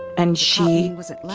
and she was at